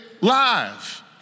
live